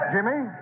Jimmy